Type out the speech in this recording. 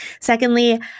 Secondly